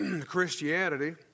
Christianity